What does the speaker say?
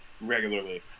regularly